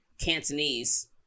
Cantonese